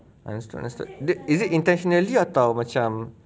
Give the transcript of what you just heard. understood understood the~ is it intentionally atau macam